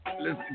listen